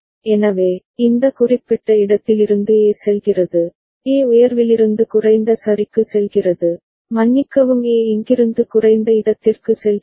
எனவே இந்த குறிப்பிட்ட இடத்திலிருந்து A செல்கிறது A உயர்விலிருந்து குறைந்த சரிக்கு செல்கிறது மன்னிக்கவும் A இங்கிருந்து குறைந்த இடத்திற்கு செல்கிறது